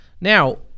Now